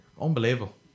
Unbelievable